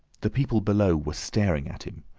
the people below were staring at him,